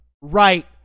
right